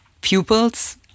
pupils